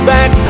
Back